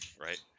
Right